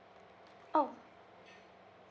oh